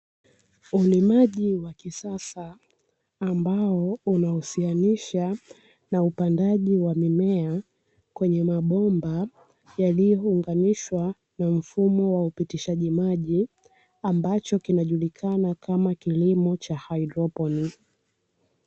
Ulimaji wa kisasa ambao unahusianisha na upandaji wa mimea kwenye mabomba, yaliyounganishwa na mfumo wa upitishaji maji, ambacho kinajulikana kama kilimo cha haidroponi.